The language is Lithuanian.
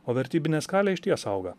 o vertybinė skalė išties auga